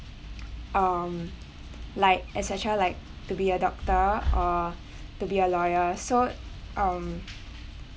um like et cetera like to be a doctor or to be a lawyer so um